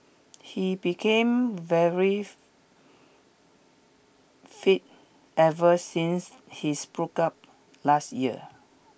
he became very fit ever since his breakup last year